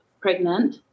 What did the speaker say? pregnant